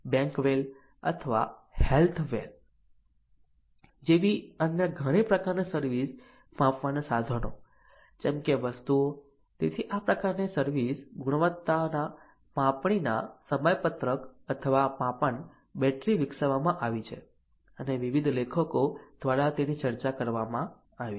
bank well અથવા health well જેવી અન્ય ઘણી પ્રકારની સર્વિસ માપવાના સાધનો જેમ કે વસ્તુઓ તેથી આ પ્રકારની સર્વિસ ગુણવત્તા માપણીના સમયપત્રક અથવા માપન બેટરી વિકસાવવામાં આવી છે અને વિવિધ લેખકો દ્વારા તેની ચર્ચા કરવામાં આવી છે